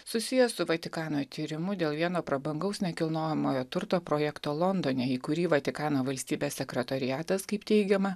susijęs su vatikano tyrimu dėl vieno prabangaus nekilnojamojo turto projekto londone į kurį vatikano valstybės sekretoriatas kaip teigiama